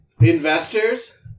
Investors